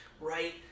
right